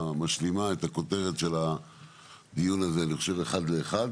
שמשלימה את הכותרת של הדיון הזה אני חושב אחד לאחד.